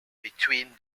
between